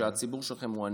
הציבור שלכם הוא עני.